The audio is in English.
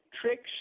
tricks